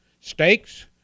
Steaks